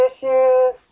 issues